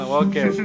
okay